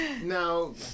Now